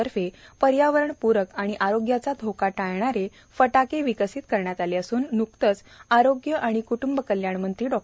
तर्फे पर्यावरण पूरक आणि आरोग्याचा धोका टाळणारे फटाके विकसित करण्यात आले असून न्कतच आरोग्य आणि कृटूंब कल्याण मंत्री डॉ